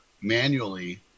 manually